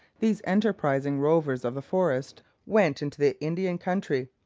these enterprising rovers of the forest went into the indian country.